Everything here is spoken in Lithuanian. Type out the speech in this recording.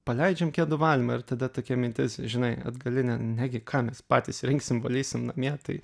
paleidžiam kedų valymą ir tada tokia mintis žinai atgalinė negi ką mes patys rinksim valysim namie tai